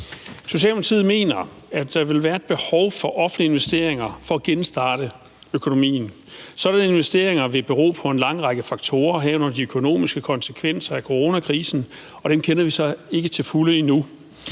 Socialdemokratiet mener, at der vil være et behov for offentlige investeringer for at genstarte økonomien. Sådanne investeringer vil bero på en lang række faktorer, herunder de økonomiske konsekvenser af coronakrisen, og dem kender vi så ikke til fulde endnu.